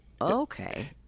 okay